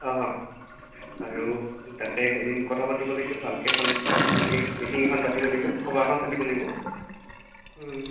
অঁ অ আৰু তাকে এদিন কথা পাতিব লাগিল ভালকৈ এখন হেৰি মিটিং এখন পাতিব লাগিব সবাহ এখন পাতিব লাগিব